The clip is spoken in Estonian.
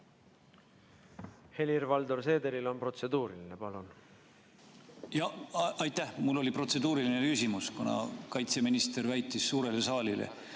Helir-Valdor Seederil on protseduuriline küsimus. Palun! Aitäh! Mul on protseduuriline küsimus, kuna kaitseminister väitis suurele saalile,